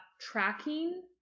tracking